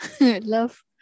love